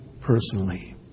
personally